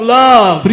love